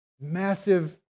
massive